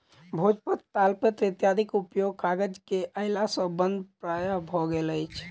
भोजपत्र, तालपत्र इत्यादिक उपयोग कागज के अयला सॅ बंद प्राय भ गेल अछि